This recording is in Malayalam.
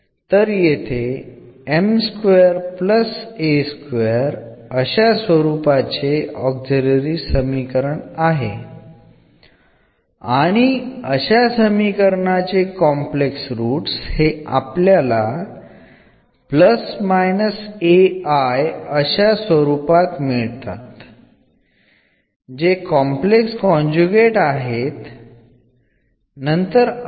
ഈ കേസിലെ ഓക്സിലറി സമവാക്യം ആയിരിക്കും കൂടാതെ നമുക്ക് അതിൻറെ റൂട്ടുകൾ എന്നീ കോംപ്ലക്സ് കൊഞ്ചുഗേറ്റുകൾ ആയി ലഭിക്കും